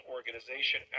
Organization